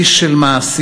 איש של מעשים,